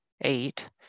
eight